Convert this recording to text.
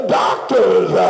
doctors